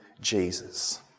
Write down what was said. Jesus